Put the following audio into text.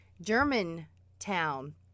Germantown